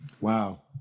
Wow